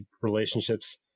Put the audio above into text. relationships